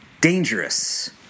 dangerous